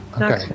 Okay